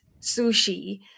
sushi